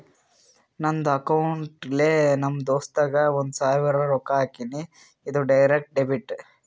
ನಂದ್ ಅಕೌಂಟ್ಲೆ ನಮ್ ದೋಸ್ತುಗ್ ಒಂದ್ ಸಾವಿರ ರೊಕ್ಕಾ ಹಾಕಿನಿ, ಇದು ಡೈರೆಕ್ಟ್ ಡೆಬಿಟ್